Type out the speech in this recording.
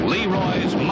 Leroy's